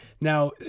Now